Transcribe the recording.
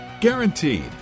Guaranteed